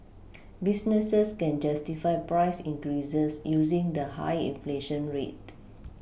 businesses can justify price increases using the high inflation rate